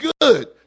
good